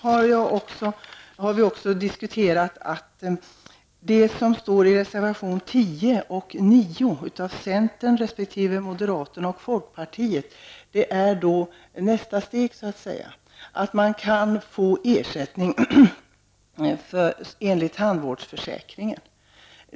Vi har också diskuterat det som står i reservationerna 10 och 9 av centern resp. moderaterna och folkpartiet och anser att det är nästa steg: att man kan få ersättning enligt tandvårdsförsäkringen.